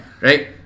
Right